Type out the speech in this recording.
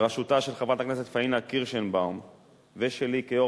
בראשותה של חברת הכנסת פאינה קירשנבאום ושלי כיו"ר